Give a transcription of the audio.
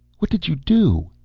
what did you do?